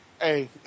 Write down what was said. Hey